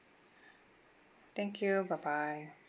thank you bye bye